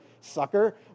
Sucker